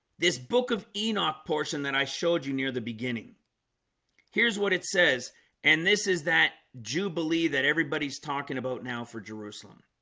this book of enoch portion that i showed you near the beginning here's what it says and this is that jubilee that everybody's talking about now for jerusalem